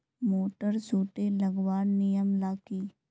Motor सुटी लगवार नियम ला की?